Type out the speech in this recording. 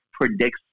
predicts